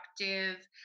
productive